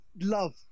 love